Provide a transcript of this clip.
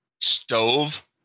stove